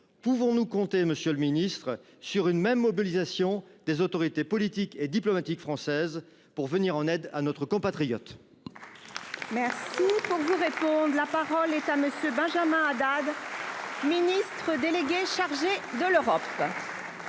Pouvons nous compter, monsieur le ministre, sur une mobilisation aussi forte des autorités politiques et diplomatiques françaises pour venir en aide à notre compatriote ?